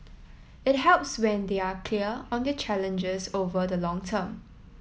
it helps when they are clear on their challenges over the long term